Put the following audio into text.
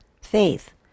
faith